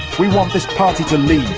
we want this party to leave.